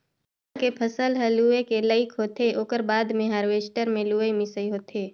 धान के फसल ह लूए के लइक होथे ओकर बाद मे हारवेस्टर मे लुवई मिंसई होथे